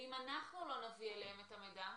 אם אנחנו לא נביא אליהם את המידע,